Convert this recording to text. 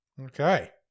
Okay